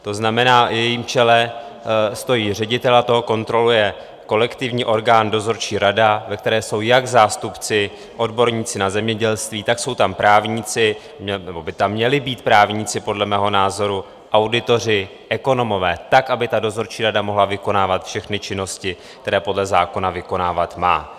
To znamená, v jejím čele stojí ředitel a toho kontroluje kolektivní orgán, dozorčí rada, ve které jsou jak zástupci, odborníci na zemědělství, tak jsou tam právníci, nebo by tam měli být právníci podle mého názoru, auditoři, ekonomové, aby dozorčí rada mohla vykonávat všechny činnosti, které podle zákona vykonávat má.